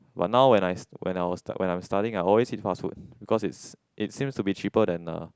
but now when I s~ when I was when I was studying I always eat fast food because it it seems to be cheaper than uh